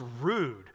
rude